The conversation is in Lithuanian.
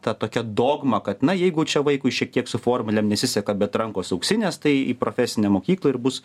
ta tokia dogma kad na jeigu čia vaikui šiek tiek su formulėm nesiseka bet rankos auksinės tai į profesinę mokyklą ir bus